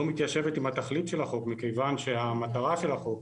מתיישבת עם התכלית של החוק או המטרה של החוק,